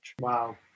Wow